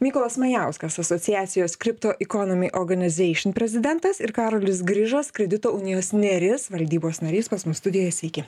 mykolas majauskas asociacijos crypto economy organisation prezidentas ir karolis grižas kredito unijos neris valdybos narys pas mus studijoje sveiki